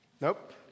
Nope